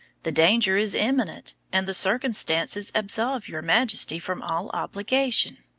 the danger is imminent, and the circumstances absolve your majesty from all obligation.